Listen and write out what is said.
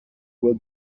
will